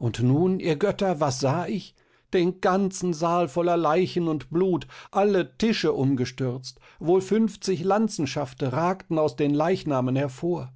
und nun ihr götter was sah ich den ganzen saal voller leichen und blut alle tische umgestürzt wohl fünfzig lanzenschafte ragten aus den leichnamen hervor